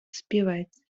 співець